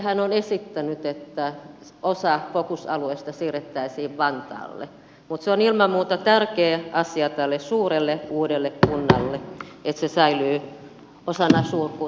ministerihän on esittänyt että osa focus alueesta siirrettäisiin vantaalle mutta se on ilman muuta tärkeä asia tälle suurelle uudelle kunnalle että se säilyy osana suurkuntaa